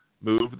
move